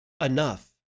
enough